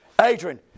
Adrian